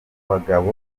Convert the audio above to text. bagabo